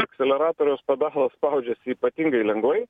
akseleratoriaus pedalas spaudžiasi ypatingai lengvai